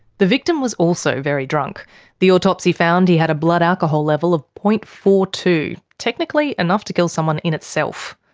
the victim was also very drunk the autopsy found he had a blood alcohol level of zero. forty two technically enough to kill someone in itself.